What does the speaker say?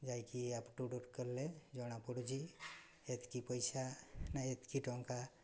ଯାଇକି up to date କଲେ ଜଣାପଡ଼ୁଛି ଏତକି ପଇସା ନା ଏତକି ଟଙ୍କା